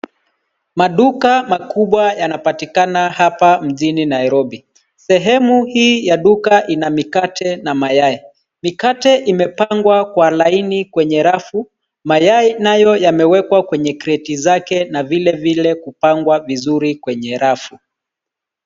Maduka makubwa yanapatikana hapa mjini Nairobi. Sehemu hii ya duka ina mikate na mayai. Mikate imepangwa kwa laini kwenye rafu, Mayai nayo yamewekwa kwenye kreti zake na vile vile kupangwa vizuri kwenye rafu.